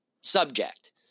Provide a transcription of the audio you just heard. subject